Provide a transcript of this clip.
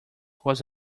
was